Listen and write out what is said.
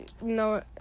No